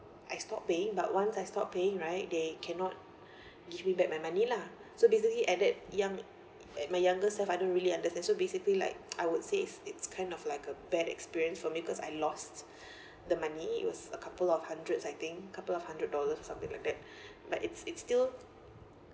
I stopped paying but once I stopped paying right they cannot give me back my money lah so basically at that young at my younger self I don't really understand so basically like I would say it's it's kind of like a bad experience for me cause I lost the money it was a couple of hundreds I think couple of hundred dollars something like that but it's it's still